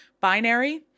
binary